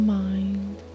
mind